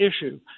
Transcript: issue